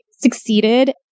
succeeded